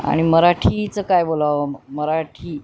आणि मराठीचं काय बोलावं मराठी